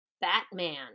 Batman